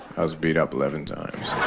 i was beat up eleven times.